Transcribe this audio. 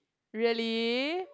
really